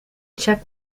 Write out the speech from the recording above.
check